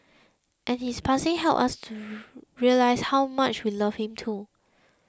and his passing helped us realise how much we loved him too